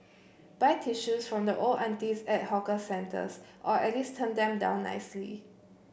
buy tissues from the old aunties at hawker centres or at least turn them down nicely